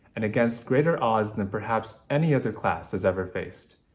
and against greater odds than perhaps any other class has ever faced,